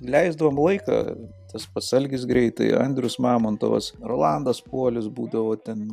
leisdavom laiką tas pats algis greitai andrius mamontovas rolandas puolis būdavo ten